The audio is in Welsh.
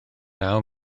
naw